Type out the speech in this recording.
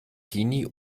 teenie